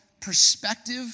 perspective